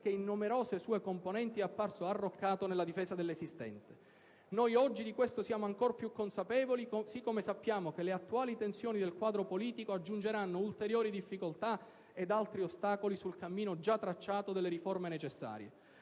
che in numerose sue componenti è apparso arroccato nella difesa dell'esistente. Noi oggi di questo siamo ancor più consapevoli, così come sappiamo che le attuali tensioni del quadro politico aggiungeranno ulteriori difficoltà ed altri ostacoli sul cammino già tracciato delle riforme necessarie.